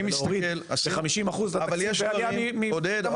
ולהוריד ב-50% את התקציב לעלייה --- עודד,